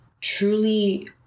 truly